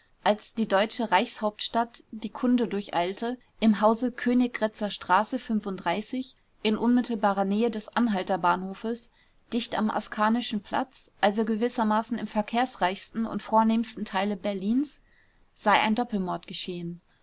als die deutsche reichshauptstadt die kunde durcheilte im hause königgrätzer straße in unmittelbarer nähe des anhalter bahnhofes dicht am askanischen platz also gewissermaßen im verkehrsreichsten und vornehmsten teile berlins sei ein doppelmord geschehen